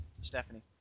Stephanie